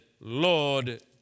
Lord